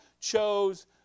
chose